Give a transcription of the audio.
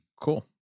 Cool